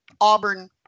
auburn